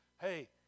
hey